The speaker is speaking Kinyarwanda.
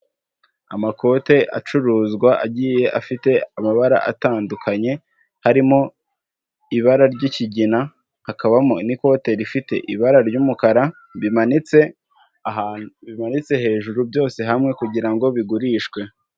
Amakote acuruzwa agiye afite amabara atandukanye, harimo ibara ry'ikigina, hakabamo n'ikote rifite ibara ry'umukara, bimanitse ahantu, bimanitse hejuru byose hamwe kugira ngo bigurishwe.